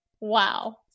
Wow